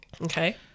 Okay